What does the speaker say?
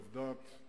עבדת.